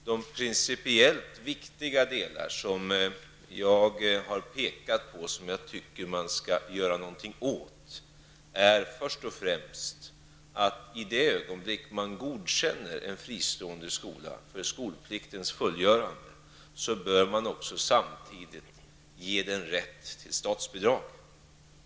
De principiellt viktiga delar som jag tycker att man skall göra någonting åt är följande: För det första bör man i samma ögonblick som man godkänner en fristående skola för skolpliktens fullgörande ge skolan rätt till statsbidrag.